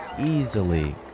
easily